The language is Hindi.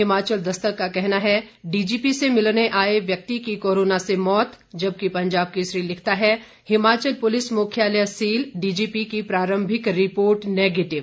हिमाचल दस्तक का कहना है डीजीपी से मिलने आए व्यक्ति की कोरोना से मौत जबकि पंजाब केसरी लिखता है हिमाचल पुलिस मुख्यालय सील डीजीपी की प्रारंभिक रिपोर्ट नेगेटिव